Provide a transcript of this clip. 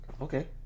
Okay